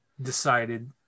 decided